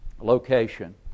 location